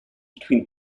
between